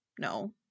No